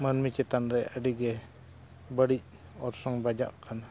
ᱢᱟᱹᱱᱢᱤ ᱪᱮᱛᱟᱱᱨᱮ ᱟᱹᱰᱤ ᱜᱮ ᱵᱟᱹᱲᱤᱡ ᱚᱨᱥᱚᱝ ᱵᱟᱡᱟᱜ ᱠᱟᱱᱟ